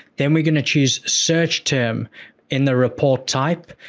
then we're gonna choose search term in the report type.